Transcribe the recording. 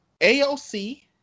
AOC